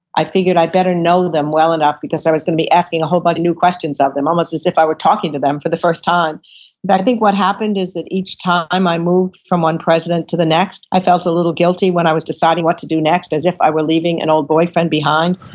i figured i better know them well enough because i was going to be asking a whole bunch of new questions of them. almost as if i were talking to them for the first time but i think what happened is that each time i moved from one president to the next, i felt a little guilty when i was deciding what to do next, as if i were leaving an old boyfriend behind.